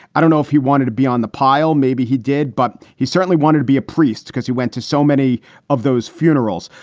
i don't know if he wanted to be on the pile. maybe he did. but he certainly wanted to be a priest because he went to so many of those funerals.